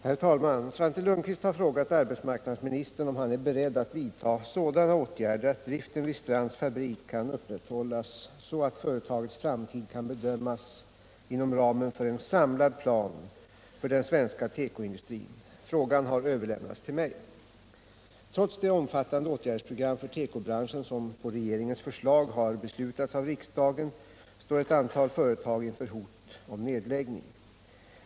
Herr talman! Svante Lundkvist har frågat arbetsmarknadsministern om han är beredd att vidta sådana åtgärder att driften vid Strands fabrik kan upprätthållas så att företagets framtid kan bedömas inom ramen för en samlad plan för den svenska tekoindustrin. Frågan har överlämnats till mig. Trots det omfattande åtgärdsprogram för tekobranschen som på regeringens förslag har beslutats av riksdagen står ett antal företag inför hot om nedläggning.